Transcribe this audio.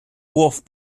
wolf